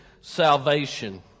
salvation